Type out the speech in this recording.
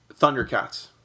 Thundercats